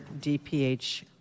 DPH